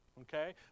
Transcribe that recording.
Okay